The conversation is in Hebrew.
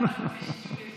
אתה מבקש אישור, יש אישור.